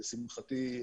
לשמחתי,